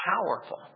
powerful